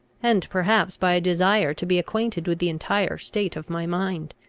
and perhaps by a desire to be acquainted with the entire state of my mind.